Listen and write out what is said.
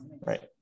right